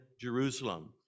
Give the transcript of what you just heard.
Jerusalem